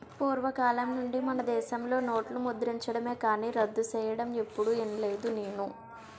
పూర్వకాలం నుండి మనదేశంలో నోట్లు ముద్రించడమే కానీ రద్దు సెయ్యడం ఎప్పుడూ ఇనలేదు నేను